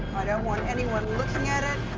i don't want anyone looking at it,